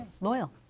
Loyal